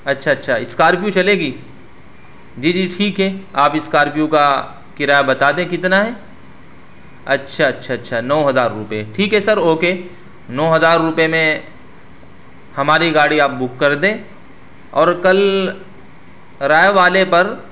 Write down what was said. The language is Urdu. اچھا اچھا اسکارپیو چلے گی جی جی ٹھیک ہے آپ اسکارپیو کا کرایہ بتادیں کتنا ہے اچھا اچھا اچھا نو ہزار روپیے ٹھیک ہے سر اوکے نو ہزار روپیے میں ہماری گاڑی آپ بک کردیں اور کل رائے والے پر